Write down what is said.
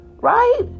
Right